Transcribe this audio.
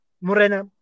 Morena